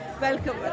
Welcome